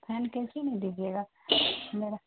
fine کیسے نہیں دیجیے گا میرا